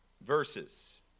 verses